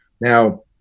Now